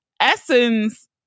Essence